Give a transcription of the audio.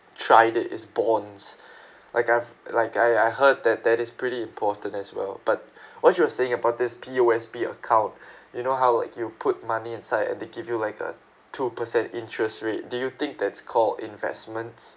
tried it is bonds like I've like I I heard that that is pretty important as well but what you were saying about this P_O_S_B account you know how like you put money inside and they give you like a two percent interest rate do you think that's call investments